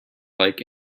like